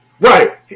Right